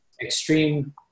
extreme